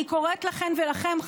אני קוראת לכם ולכן,